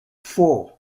four